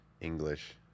English